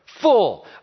full